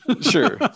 sure